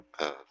earth